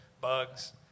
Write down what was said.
bugs